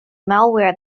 malware